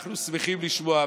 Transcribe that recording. אנחנו שמחים לשמוע,